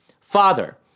Father